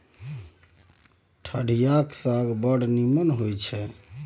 ठढियाक साग बड़ नीमन होए छै